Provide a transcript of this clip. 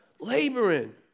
laboring